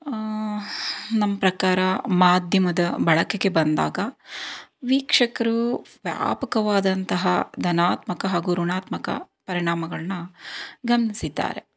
ನಮ್ಮ ಪ್ರಕಾರ ಮಾಧ್ಯಮದ ಬಳಕೆಗೆ ಬಂದಾಗ ವೀಕ್ಷಕರು ವ್ಯಾಪಕವಾದಂತಹ ಧನಾತ್ಮಕ ಹಾಗೂ ಋಣಾತ್ಮಕ ಪರಿಣಾಮಗಳನ್ನ ಗಮನಿಸಿದ್ದಾರೆ